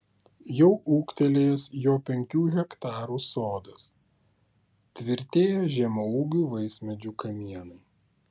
jau ūgtelėjęs jo penkių hektarų sodas tvirtėja žemaūgių vaismedžių kamienai